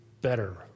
better